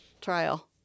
trial